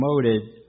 promoted